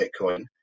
bitcoin